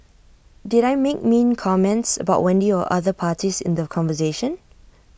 did I make mean comments about Wendy or other parties in the conversation